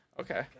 Okay